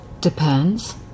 Depends